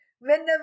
whenever